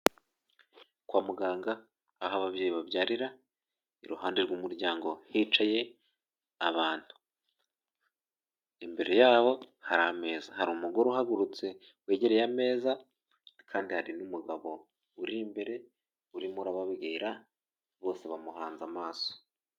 Kwa muganga aho ababyeyi babyarira, iruhande rw'umuryango hicaye abantu, imbere yabo hari ameza. Hari umugore uhagurutse wegereye ameza kandi hari n'umugabo uri imbere urimo urababwira, bose bamuhanze amaso.